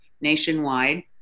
nationwide